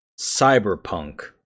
Cyberpunk